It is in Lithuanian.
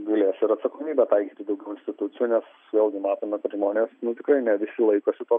galės ir atsakomybę taikyti daugiau institucijų nes vėlgi matome kad žmonės nu tikrai ne visi laikosi to